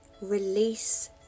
release